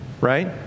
Right